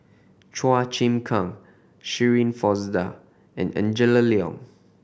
Chua Chim Kang Shirin Fozdar and Angela Liong